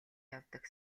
явдаг